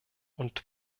und